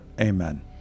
amen